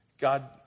God